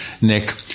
nick